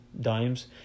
dimes